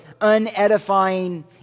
unedifying